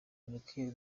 mureke